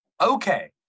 Okay